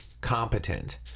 competent